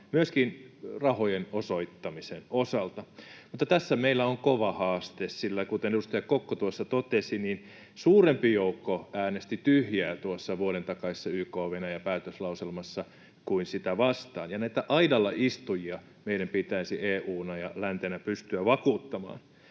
myöskin rahojen osoittamisen osalta. Mutta tässä meillä on kova haaste, sillä, kuten edustaja Kokko tuossa totesi, suurempi joukko äänesti tyhjää tuossa vuoden takaisessa YK:n Venäjä-päätöslauselmassa kuin sitä vastaan. Ja näitä aidalla istujia meidän pitäisi EU:na ja läntenä pystyä vakuuttamaan.